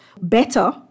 better